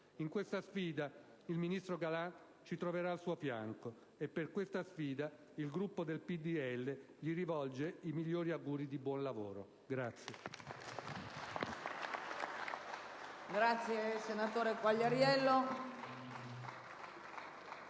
In questa sfida il ministro Galan ci troverà al suo fianco, e per questa sfida il Gruppo del PdL gli rivolge i migliori auguri di buon lavoro.